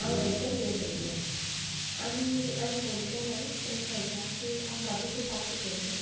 हांव एंतनी उलोयतां आनी हांयेंन फोन केलां हें सांगपाक की हांव बार्बीकू पार्टी केलें